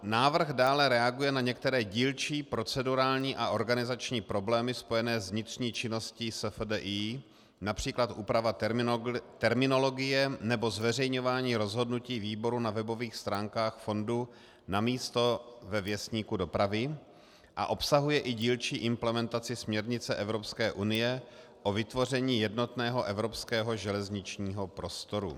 Návrh dále reaguje na některé dílčí procedurální a organizační problémy spojené s vnitřní činností SFDI, například úprava terminologie nebo zveřejňování rozhodnutí výboru na webových stránkách fondu namísto ve Věstníku dopravy, a obsahuje i dílčí implementaci směrnice Evropské unie o vytvoření jednotného evropského železničního prostoru.